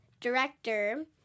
director